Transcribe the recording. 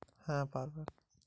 আমি জলের বিল দিতে পারবো?